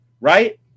right